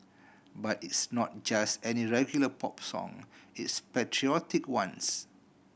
but it's not just any regular pop song its patriotic ones